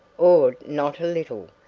awed not a little,